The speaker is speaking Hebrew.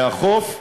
מהחוף,